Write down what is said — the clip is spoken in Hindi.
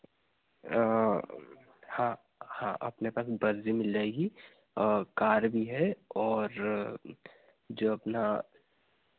हाँ हाँ अपने पास बस भी मिल जाएगी और कार भी है और जो अपना